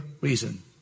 reason